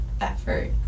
effort